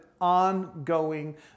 ongoing